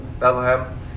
Bethlehem